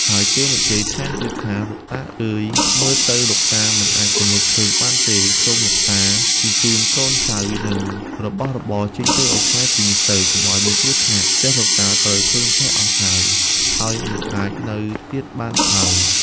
ហើយគេនិយាយថែមទៀតថា លោកតា អើយ! មើលទៅលោកតាមិនអាចពន្លត់ភ្លើងបានទេ សូមលោកតាជញ្ជូនកូនចៅ និង របស់របរចេញទៅឱ្យឆ្ងាយពីនេះទៅ កុំឱ្យមានគ្រោះថ្នាក់ ផ្ទះលោកតាត្រូវភ្លើងឆេះអស់ហើយ ហើយមិនអាចនៅទៀតបានឡើយ។